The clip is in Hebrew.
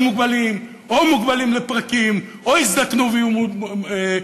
מוגבלים או הם מוגבלים לפרקים או הם יזדקנו ויהיו מוגבלים,